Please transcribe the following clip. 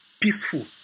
Peaceful